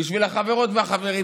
בשביל החברות והחברים שבה.